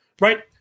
right